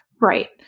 Right